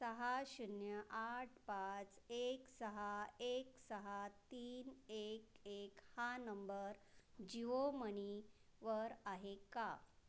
सहा शून्य आठ पाच एक सहा एक सहा तीन एक एक हा नंबर जिओ मनीवर आहे का